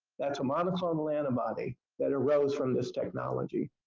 that's a monoclonal antibody that arose from this technology.